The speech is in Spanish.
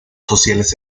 sociales